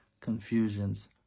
confusions